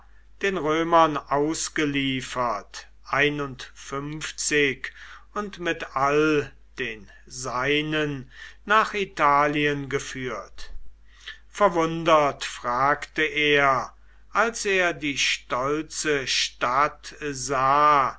den römern ausgeliefert und mit all den seinen nach italien geführt verwundert fragte er als er die stolze stadt sah